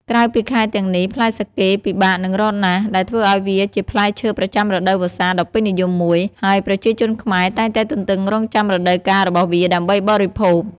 ក្រៅពីខែទាំងនេះ ផ្លែសាកេពិបាកនឹងរកណាស់ ដែលធ្វើឲ្យវាជាផ្លែឈើប្រចាំរដូវវស្សាដ៏ពេញនិយមមួយ ហើយប្រជាជនខ្មែរតែងតែទន្ទឹងរង់ចាំរដូវកាលរបស់វាដើម្បីបរិភោគ។